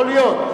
יכול להיות.